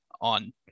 on